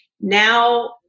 now